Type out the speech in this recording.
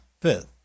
fifth